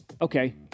Okay